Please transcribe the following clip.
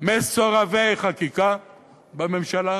מסורבי-חקיקה בממשלה.